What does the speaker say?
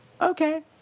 Okay